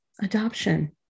adoption